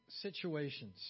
situations